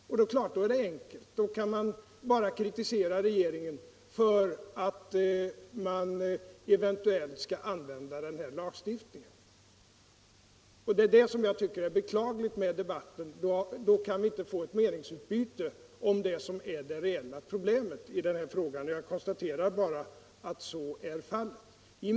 Då är det givetvis enkelt, då kan man bara kritisera regeringen för att den eventuellt skall använda den nämnda lagstiftningen. Det är det som jag tycker är beklagligt med debatten. Då kan vi inte få ett meningsutbyte om det som är det reella problemet i den här frågan. Jag konstaterar bara att så är fallet.